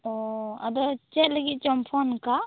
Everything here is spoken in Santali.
ᱚᱸᱻ ᱟᱫᱚ ᱪᱮᱫ ᱞᱟ ᱜᱤᱫ ᱪᱚᱢ ᱯᱷᱳᱱᱠᱟᱜ